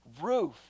roof